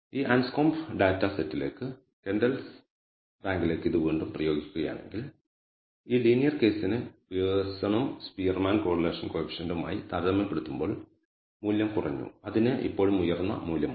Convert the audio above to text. ഈ Anscombe data സെറ്റിലേക്ക് Kendall's റാങ്കിലേക്ക് ഇത് വീണ്ടും പ്രയോഗിക്കുകയാണെങ്കിൽ ഈ ലീനിയർ കേസിന് പിയേഴ്സണും സ്പിയർമാൻ കോറിലേഷൻ കോയിഫിഷ്യന്റുമായി താരതമ്യപ്പെടുത്തുമ്പോൾ മൂല്യം കുറഞ്ഞു അതിന് ഇപ്പോഴും ഉയർന്ന മൂല്യമുണ്ട്